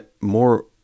more